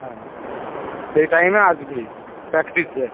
হ্যাঁ সেই টাইমে আসবি প্র্যাকটিসে